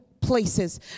places